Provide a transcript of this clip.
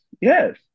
yes